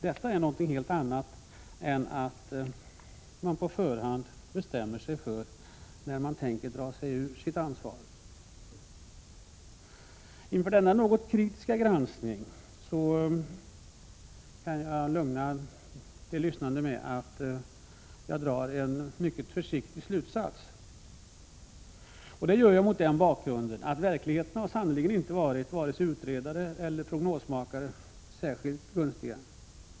Detta är något helt annat än att på förhand bestämma sig för när man tänker dra sig ur sitt ansvar. Efter denna något kritiska granskning kan jag lugna de lyssnande med att jag drar en mycket försiktig slutsats. Jag gör det mot den bakgrunden att verkligheten sannerligen inte har varit vare sig utredare eller prognosmakare särskilt gunstig.